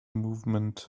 movement